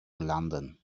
london